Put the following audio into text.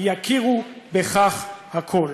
יכירו בכך הכול".